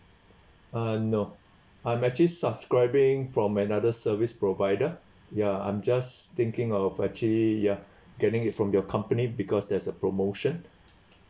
uh no I'm actually subscribing from another service provider ya I'm just thinking of actually ya getting it from your company because there's a promotion